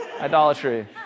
Idolatry